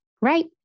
Right